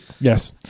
Yes